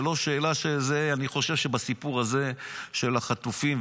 אני חושב שבסיפור הזה של החטופים,